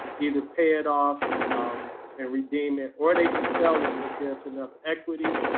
either pay it off um and redeem it or they can sell it if there's enough equity.